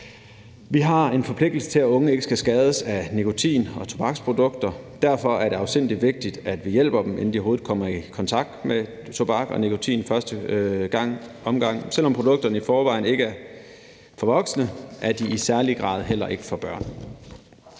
Vi har en forpligtelse til, at unge ikke skal skades af nikotin- og tobaksprodukter. Derfor er det afsindig vigtigt, at vi hjælper dem, inden de overhovedet kommer i kontakt med tobak og nikotin i første omgang. Selv om produkterne i forvejen ikke er for voksne, er de i særlig grad heller ikke for børn.